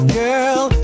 girl